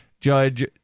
Judge